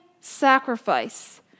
sacrifice